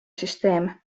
süsteem